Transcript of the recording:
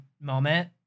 moment